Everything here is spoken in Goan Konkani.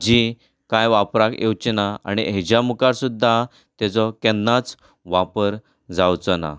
जीं कांय वापराक येवचीं ना आनी हेज्या मुखार सुद्दां तेजो केन्नाच वापर जावचो ना